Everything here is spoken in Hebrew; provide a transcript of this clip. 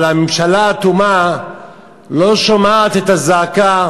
אבל הממשלה האטומה לא שומעת את הזעקה,